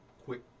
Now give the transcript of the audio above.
quick